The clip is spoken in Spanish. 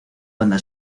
banda